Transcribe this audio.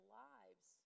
lives